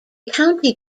county